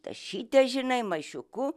tašyte žinai maišiuku